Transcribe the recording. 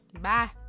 Bye